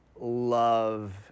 love